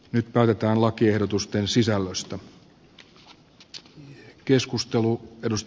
nyt päätetään lakiehdotusten sisällöstä